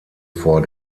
vor